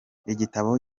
igitabo